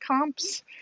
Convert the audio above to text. comps